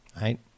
Right